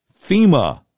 FEMA